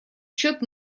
счет